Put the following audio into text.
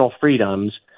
freedoms